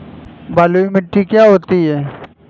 बलुइ मिट्टी क्या होती हैं?